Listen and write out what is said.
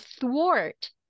thwart